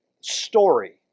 story